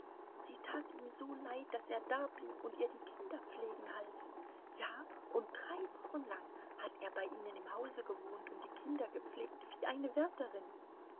sie tat ihm so leid daß er dablieb und ihr die kinder pflegen half ja und drei wochen lang hat er bei ihnen im hause gewohnt und die kinder gepflegt wie eine wärterin